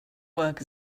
work